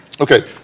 Okay